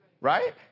Right